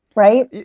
right?